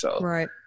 Right